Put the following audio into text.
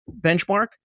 benchmark